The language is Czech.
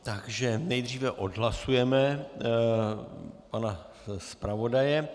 Takže nejdříve odhlasujeme pana zpravodaje.